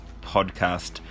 podcast